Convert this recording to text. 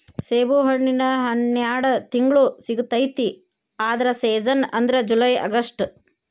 ಸೇಬುಹಣ್ಣಿನ ಹನ್ಯಾಡ ತಿಂಗ್ಳು ಸಿಗತೈತಿ ಆದ್ರ ಸೇಜನ್ ಅಂದ್ರ ಜುಲೈ ಅಗಸ್ಟ